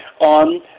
on